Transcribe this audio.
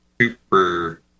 super